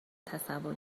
تصور